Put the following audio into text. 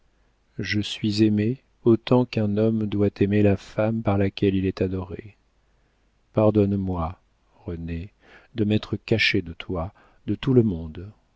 je suis aimée autant qu'un homme doit aimer la femme par laquelle il est adoré pardonne-moi renée de m'être cachée de toi de tout le monde